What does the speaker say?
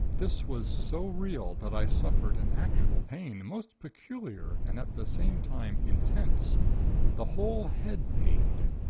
this was so real, that i suffered an actual pain, most peculiar and at the same time intense the whole head pained.